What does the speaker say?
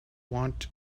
want